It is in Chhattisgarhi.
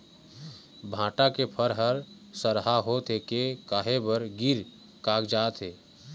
भांटा के फर हर सरहा होथे के काहे बर गिर कागजात हे?